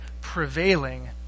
prevailing